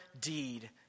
deed